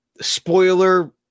spoiler